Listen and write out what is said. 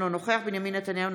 אינו נוכח בנימין נתניהו,